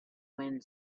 wind